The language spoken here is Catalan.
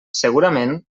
segurament